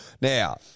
Now